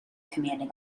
commanding